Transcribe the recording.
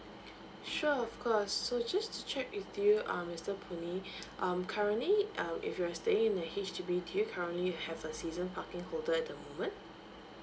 sure of course so just to check with you uh mister puh nee um currently uh if you're staying in a H_D_B do you have currently have a season parking holder at the moment